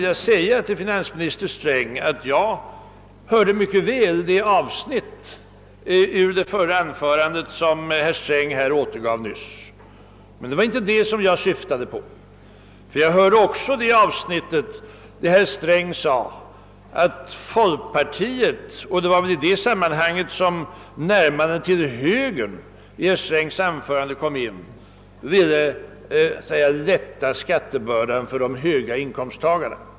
Jag hörde mycket väl det avsnitt ur det förra anförandet han höll som herr Sträng nyss återgav, men det var inte det jag syftade på utan det var det avsnitt där herr Sträng sade — det var väl i det sammanhanget han kom in på närmandet till högern — att folkpartiet ville lätta skattebördan för de höga inkomsttagarna.